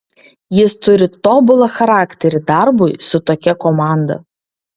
jis turi tobulą charakterį darbui su tokia komanda